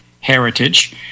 heritage